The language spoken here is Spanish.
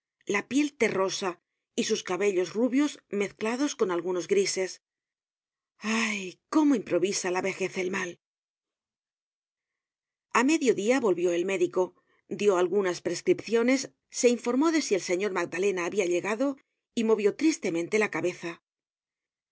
la piel terrosa y sus cabellos rubios mezclados con algunos grises ah cómo improvisa la vejez el mal a medio dia volvió el médico dió algunas prescripciones se informó de si el señor magdalena habia llegado y movió tristemente la cabeza